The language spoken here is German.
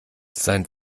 sein